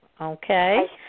Okay